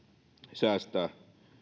säästää